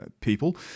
people